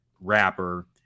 rapper